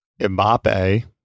Mbappe